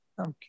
Okay